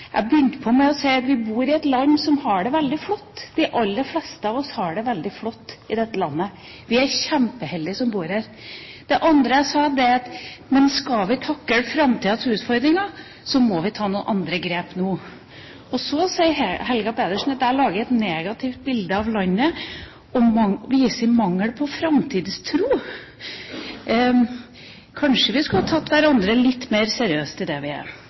jeg sa i hovedinnlegget mitt. Jeg begynte med å si at vi bor i et land hvor vi har det veldig flott. De aller fleste av oss har det veldig flott i dette landet. Vi er kjempeheldige som bor her. Det andre jeg sa, var at skal vi takle framtidas utfordringer, må vi ta noen andre grep nå. Så sier Helga Pedersen at jeg lager et negativt bilde av landet og viser mangel på framtidstro. Kanskje vi skulle tatt hverandre litt mer seriøst i det vi